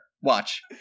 Watch